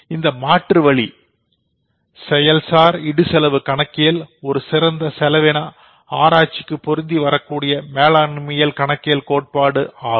இந்த மாற்றுவழி செயல்சார் இடுசெலவு கணக்கியல் ஒரு சிறந்த செலவின ஆராய்ச்சிக்கு பொருந்தி வரக்கூடிய மேலாண்மை கணக்கியல் கோட்பாடு ஆகும்